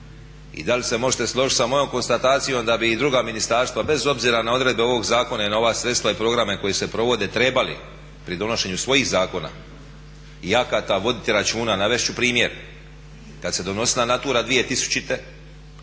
i da li se možete složiti sa mojom konstatacijom da bi i druga ministarstva bez obzira na odredbe ovog zakona i na ova sredstva i programe koji se provede trebali pri donošenju svojih zakona i akata voditi računa? Navest ću primjer, kad se donosila Natura 2000.onda